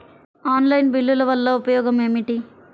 Online బిల్లుల వల్ల ఉపయోగమేమిటీ?